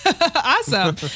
Awesome